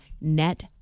net